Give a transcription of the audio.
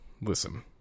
Listen